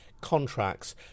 contracts